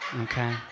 Okay